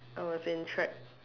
I was in track